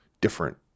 different